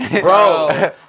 bro